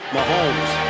Mahomes